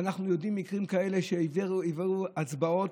ואנחנו יודעים על מקרים כאלה שהביאו הצבעות,